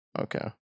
Okay